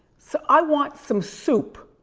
so, i want some soup.